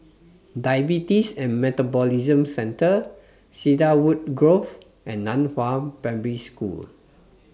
Diabetes Metabolism Centre Cedarwood Grove and NAN Hua Primary School